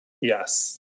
Yes